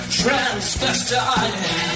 transvestite